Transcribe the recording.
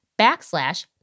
backslash